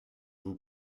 vous